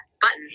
button